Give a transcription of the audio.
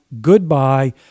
goodbye